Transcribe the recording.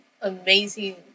amazing